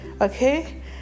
okay